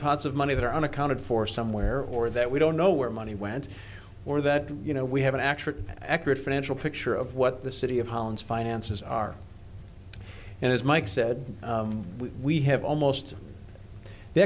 pots of money that are unaccounted for somewhere or that we don't know where money went or that you know we haven't actually accurate financial picture of what the city of holland's finances are and as mike said we have almost the